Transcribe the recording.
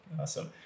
Awesome